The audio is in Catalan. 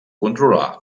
controlar